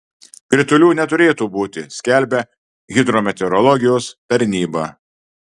kritulių neturėtų būti skelbia hidrometeorologijos tarnyba